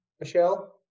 Michelle